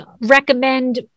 recommend